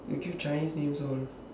they choose Chinese names all